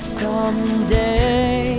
someday